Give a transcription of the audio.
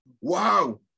Wow